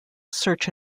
search